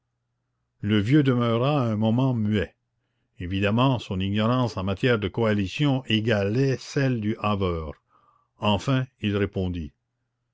le vieux demeura un moment muet évidemment son ignorance en matière de coalition égalait celle du haveur enfin il répondit